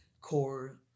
core